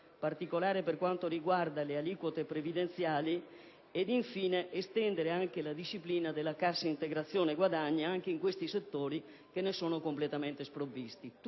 particolare per quanto riguarda le aliquote previdenziali. Infine si rende necessario estendere la disciplina della Cassa integrazione guadagni anche in questi settori che ne sono completamente sprovvisti.